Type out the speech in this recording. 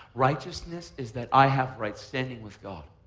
righteousness is that i have right standing with god.